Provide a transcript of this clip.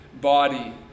body